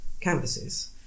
canvases